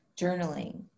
journaling